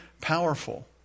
powerful